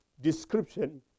description